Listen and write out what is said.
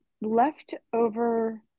leftover